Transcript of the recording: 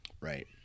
Right